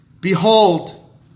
Behold